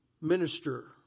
minister